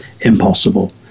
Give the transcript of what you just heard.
impossible